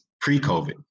pre-COVID